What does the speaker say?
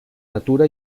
natura